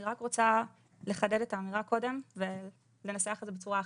אני רק רוצה קודם לחדד את האמירה ולנסח את זה בצורה אחרת: